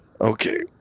Okay